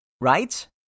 right